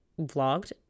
vlogged